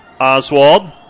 Oswald